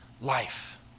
life